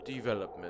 development